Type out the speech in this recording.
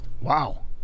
Wow